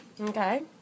Okay